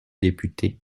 député